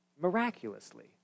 miraculously